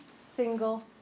single